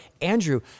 Andrew